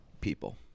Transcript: people